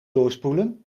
doorspoelen